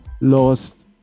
lost